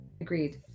Agreed